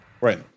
Right